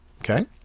okay